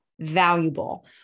valuable